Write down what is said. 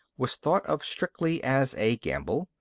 was thought of strictly as a gamble.